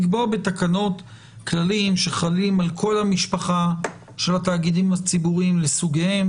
לקבוע בתקנות כללים שחלים על כל המשפחה של התאגידים הציבוריים לסוגיהם.